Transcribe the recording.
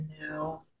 No